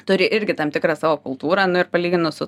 turi irgi tam tikrą savo kultūrą nu ir palyginus su